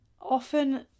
often